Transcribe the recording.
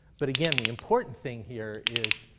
but again, the important thing here is,